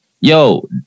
Yo